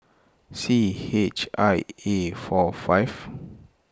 C H I A four five